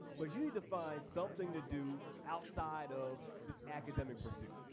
but you need to find something to do outside of this academic pursuit.